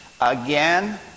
Again